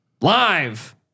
live